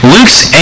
Luke's